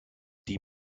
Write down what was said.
die